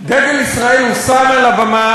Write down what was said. דגל ישראל הורד, יש הבדל.